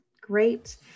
great